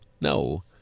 no